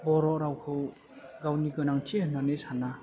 बर' रावखौ गावनि गोनांथि होननानै साना